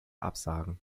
absagen